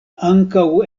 ankaŭ